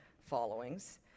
followings